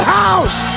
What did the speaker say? house